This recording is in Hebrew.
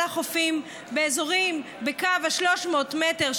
על החופים באזורים שבקו ה-300 מטר,